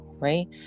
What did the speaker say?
right